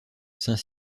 saint